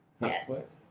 yes